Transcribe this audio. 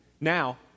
Now